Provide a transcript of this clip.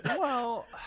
well?